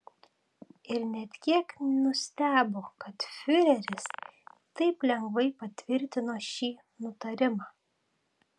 ir net kiek nustebo kad fiureris taip lengvai patvirtino šį nutarimą